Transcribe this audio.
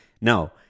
No